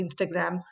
instagram